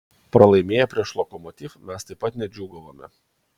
pralaimėję prieš lokomotiv mes taip pat nedžiūgavome